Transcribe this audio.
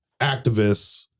activists